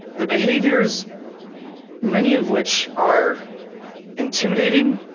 the behaviors many of which are intimidating,